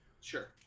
Sure